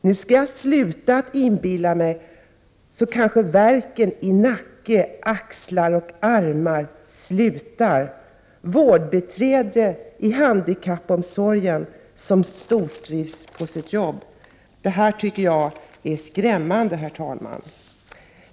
Nu ska jag sluta att inbilla mig så kanske värken i nacke, axlar, armar och rygg slutar.” Herr talman! Detta tycker jag är skrämmande.